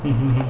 mmhmm